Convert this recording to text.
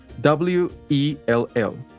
W-E-L-L